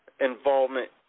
involvement